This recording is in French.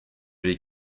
les